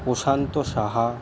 Prashanta Saha